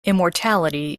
immortality